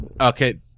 okay